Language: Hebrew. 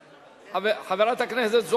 חברות וחברי הכנסת,